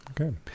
okay